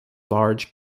large